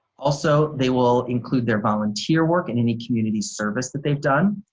also they will include their volunteer work in any community service that they've done,